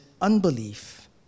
unbelief